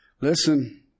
Listen